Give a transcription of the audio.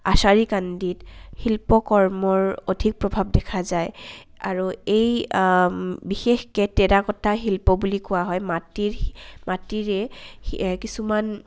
আচাৰী কান্ডীত শিল্পকৰ্মৰ অধিক প্ৰভাৱ দেখা যায় আৰু এই বিশেষকে টেৰাকোটা শিল্প বুলি কোৱা হয় মাটিৰ মাটিৰে কিছুমান